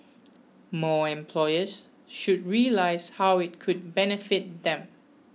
more employers should realise how it could benefit them